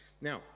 Now